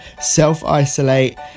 self-isolate